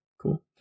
cool